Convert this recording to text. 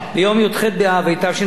ביום י"ח באב התשע"ב,